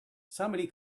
somebody